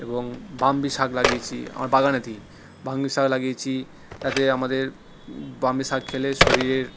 এবং ব্রাহ্মি শাক লাগিয়েছি আমার বাগানেতেই ব্রাহ্মি শাক লাগিয়েছি তাতে আমাদের ব্রাহ্মি শাক খেলে শরীরের